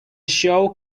show